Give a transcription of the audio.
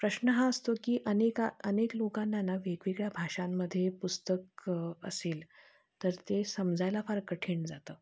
प्रश्न हा असतो की अनेका अनेक लोकांना ना वेगवेगळ्या भाषांमध्ये पुस्तक असेल तर ते समजायला फार कठीण जातं